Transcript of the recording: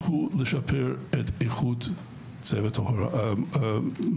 והוא לשפר את איכות צוות ההוראה.